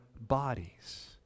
bodies